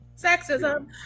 Sexism